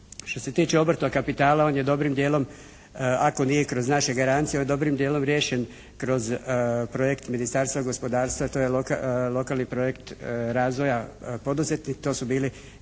Što se tiče obrtnog kapitala on je dobrim dijelom ako nije kroz naše garancije on je dobrim dijelom riješen kroz projekt Ministarstva gospodarstva. To je lokalni projekt razvoja … /Govornik se ne